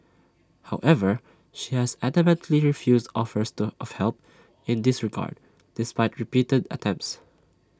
however she has adamantly refused offers to of help in this regard despite repeated attempts